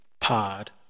pod